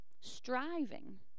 striving